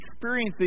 experiencing